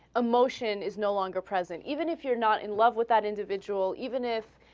a motion is no longer present even if you're not in love with that individual even if